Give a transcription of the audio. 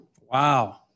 Wow